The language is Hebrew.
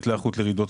לא רק לרעידת